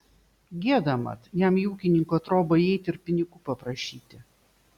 gėda mat jam į ūkininko trobą įeiti ir pinigų paprašyti